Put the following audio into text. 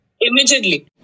Immediately